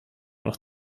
noch